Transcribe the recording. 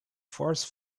force